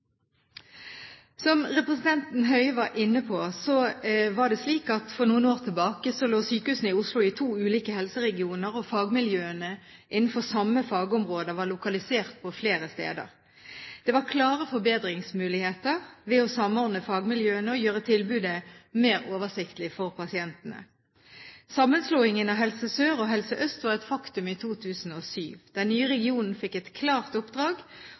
Som representanten Høie var inne på, var det slik for noen år tilbake at sykehusene i Oslo lå i to ulike helseregioner, og fagmiljøene innenfor samme fagområder var lokalisert på flere steder. Det var klare forbedringsmuligheter ved å samordne fagmiljøene og gjøre tilbudet mer oversiktlig for pasientene. Sammenslåingen av Helse Sør og Helse Øst var et faktum i 2007. Den nye regionen fikk et klart oppdrag